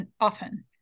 often